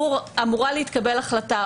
אמורה להתקבל החלטה,